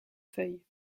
feuilles